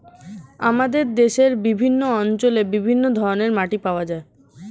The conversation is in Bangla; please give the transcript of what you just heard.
আমাদের দেশের বিভিন্ন অঞ্চলে বিভিন্ন ধরনের মাটি পাওয়া যায়